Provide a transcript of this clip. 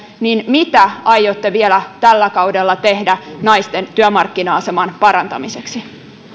niin mitä aiotte vielä tällä kaudella tehdä naisten työmarkkina aseman parantamiseksi